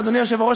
אדוני היושב-ראש,